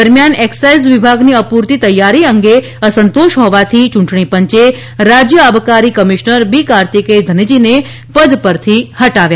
દરમિયાન એક્ઝાઇઝ વિભાગની અપૂરતી તૈયારી અંગે અસંતોષ હોવાથી ચૂંટણી પંચે રાજ્ય આબકારી કમિશનર બી કાર્તિકેય ધનજીને પદ પરથી હટાવ્યા છે